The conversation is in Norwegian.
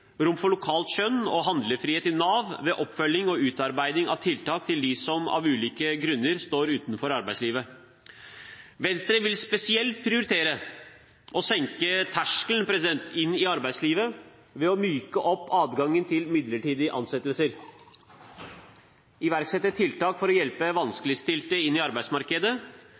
lokalt skjønn og handlefrihet i Nav ved oppfølging og utarbeiding av tiltak for dem som av ulike grunner står utenfor arbeidslivet. Venstre vil spesielt prioritere å senke terskelen inn i arbeidslivet ved å myke opp adgangen til midlertidige ansettelser, iverksette tiltak for å hjelpe vanskeligstilte inn i arbeidsmarkedet,